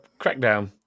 Crackdown